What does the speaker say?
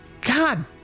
God